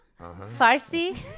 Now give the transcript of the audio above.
Farsi